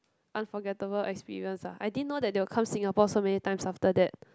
unforgettable experience ah I didn't know they will come Singapore so many times after that